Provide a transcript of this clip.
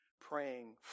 praying